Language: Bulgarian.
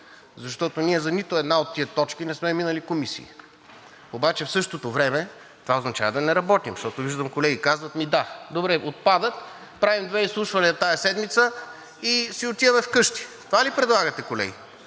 защото ние за нито една от тези точки не сме минали комисии. Обаче в същото време това означава да не работим. Защото виждам, колеги казват: „Ми да, добре, отпадат. Правим две изслушвания тази седмица и си отиваме вкъщи.“ Това ли предлагате, колеги?